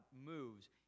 moves